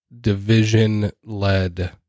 division-led